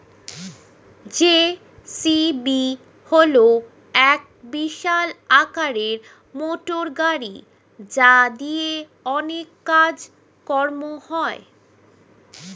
JCB হল এক বিশাল আকারের মোটরগাড়ি যা দিয়ে অনেক কাজ কর্ম হয়